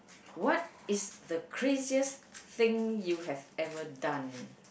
what is the craziest thing that you have ever done